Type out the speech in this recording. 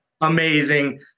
amazing